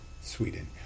Sweden